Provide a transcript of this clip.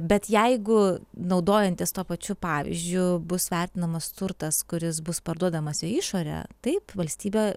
bet jeigu naudojantis tuo pačiu pavyzdžiu bus vertinamas turtas kuris bus parduodamas į išorę taip valstybė